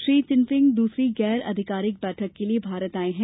Shri Jinping दूसरी गैर आधिकारिक बैठक के लिए भारत आये हैं